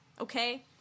Okay